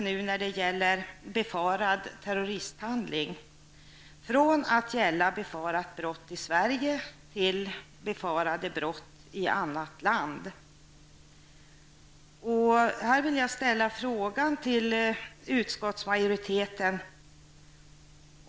När det gäller befarad terroristhandling utvidgas nu lagen från att ha gällt befarat brott i Sverige till att gälla befarade brott i annan stat. Jag vill här ställa en fråga till utskottsmajoriteten.